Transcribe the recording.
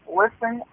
listen